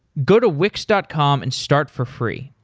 go to wix dot com and start for free!